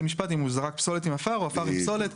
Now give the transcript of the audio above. משפט אם הוא זרק פסולת עם עפר או עפר עם פסולת.